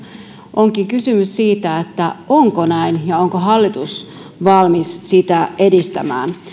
onkin kysymys siitä onko näin ja onko hallitus valmis sitä edistämään